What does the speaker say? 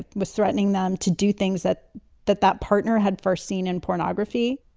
ah was threatening them to do things that that that partner had first seen in pornography.